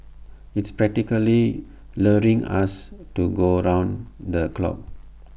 it's practically luring us to go round the clock